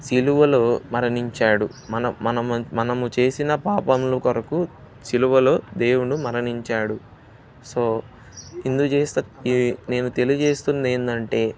శిలువలో మరణించాడు మన మన మనము చేసిన పాపలు కొరకు శిలువలో దేవుడు మరణించాడు సో ఇందు జేస్త నేను తెలియజేస్తుంది ఏంటంటే